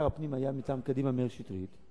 שר הפנים היה מטעם קדימה, מאיר שטרית,